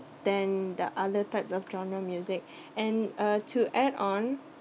than the other types of genre music and uh to add on